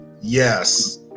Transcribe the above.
Yes